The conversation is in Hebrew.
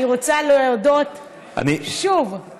אני רוצה להודות שוב,